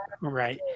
right